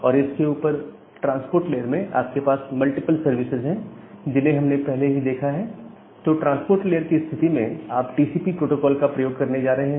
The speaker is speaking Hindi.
और इसके ऊपर ट्रांसपोर्ट लेयर में आपके पास मल्टीपल सर्विसेज है जिन्हें हमने पहले ही देखा है तो ट्रांसपोर्ट लेयर की स्थिति में आप टीसीपी प्रोटोकॉल का प्रयोग करने जा रहे हैं